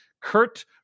Kurt